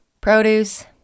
produce